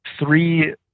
three